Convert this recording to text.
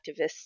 activists